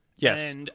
Yes